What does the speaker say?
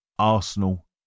Arsenal